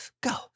go